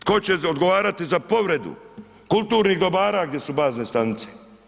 Tko će odgovarati za povredu kulturnih dobara gdje su bazne stanice?